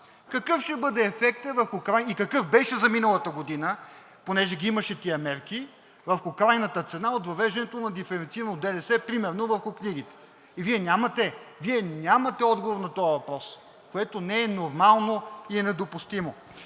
какъв ще бъде ефектът и какъв беше за миналата година понеже ги имаше тези мерки върху крайната цена от въвеждането на диференцирано ДДС примерно върху книгите. Вие нямате отговор на този въпрос, което не е нормално и е недопустимо.